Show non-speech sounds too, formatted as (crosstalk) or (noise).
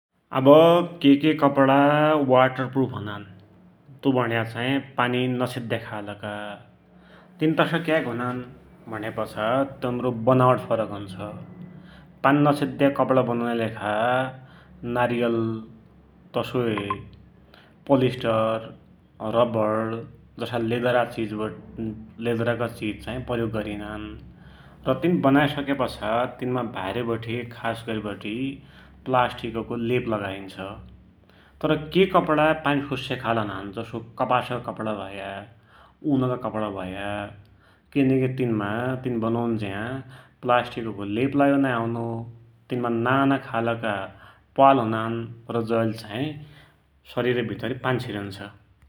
आब केइ केइ कपडा वाटरप्रुफ हुनान, तु भुण्या चाही पानी नछिद्या खालका । तिन तसा क्याकी हुनान्, भुण्यापाछा तनरो बनावट फरक हुन्छ, पानी नछिद्या कपडा बनुनाकी लेखा नारीयल, तसोइ (noise) पोलिस्टर, रवर, जसा लेदरका (hesitation) चिज चाही प्रयोग गरिनान । र तिन बनाइसक्यापाछा तिनमा भाइर बठे खासगरिवठे प्लास्टिकको लेप लगाइन्छ । तर केइ कपडा पानी सोस्या खालका हुनान् । जसो कपासका कपडा भया, उनका कपडा भया किनकि तिनमा तिन बनुन्ज्या प्लास्टिकको लेप लाया नाइ हुनो, तिनमा नाना खालका प्वाल हुनान् । र जैले चाही शरिर भितरी पानी छिरन्छ ।